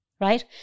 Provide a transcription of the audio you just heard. Right